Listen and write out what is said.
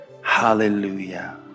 Hallelujah